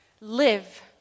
Live